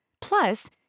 Plus